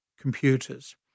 computers